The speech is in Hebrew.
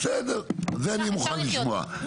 בסדר, את זה אני מוכן לשמוע.